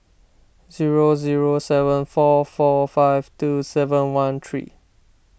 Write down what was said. zero zero seven four four five two seven one three